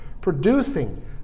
producing